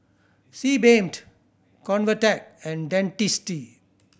Sebamed Convatec and Dentiste